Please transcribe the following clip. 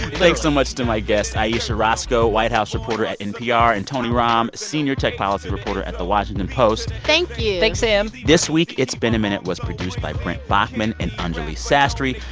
thanks so much to my guests ayesha rascoe, white house reporter at npr, and tony romm, senior tech policy reporter at the washington post thank you thanks, sam this week it's been a minute was produced by brent baughman and anjuli sastry.